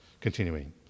Continuing